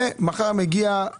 מחר מגיעות התקנות.